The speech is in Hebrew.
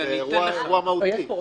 זה אירוע מהותי.